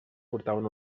portaven